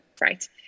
right